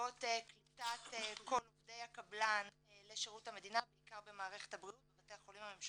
בעקבות קליטת כל עובדי הקבלן לשירות המדינה בעיקר במערכת הבריאות,